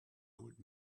old